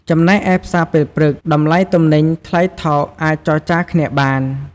ចំណែកឯផ្សារពេលព្រឹក តម្លៃទំនិញថ្លៃថោកអាចចរចារគ្នាបាន។